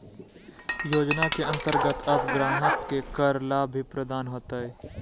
योजना के अंतर्गत अब ग्राहक के कर लाभ भी प्रदान होतय